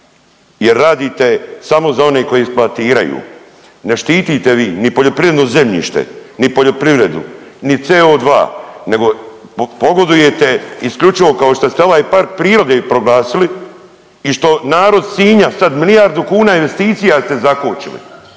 I radite samo z a one koji eksploatiraju. Ne štitite vi ni poljoprivredno zemljište, ni poljoprivredu, ni CO2, nego pogodujete isključivo kao što ste ovaj park prirode proglasili i što narod Sinja sad milijardu kuna investicija ste zakočili.